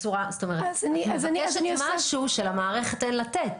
זאת אומרת, את מבקשת משהו שלמערכת אין לתת.